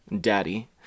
daddy